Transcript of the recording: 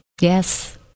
Yes